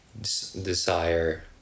desire